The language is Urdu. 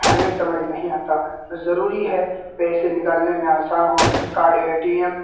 ہمیں سمجھ نہیں آتا ضروری ہے پیسے نکالنے میں آسان ہو کارڈ اے ٹی ایم